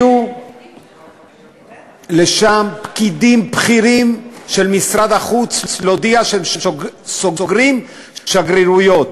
הגיעו לשם פקידים בכירים של משרד החוץ להודיע שהם סוגרים שגרירויות.